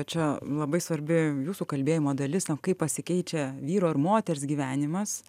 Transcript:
čia labai svarbi jūsų kalbėjimo dalis na kaip pasikeičia vyro ir moters gyvenimas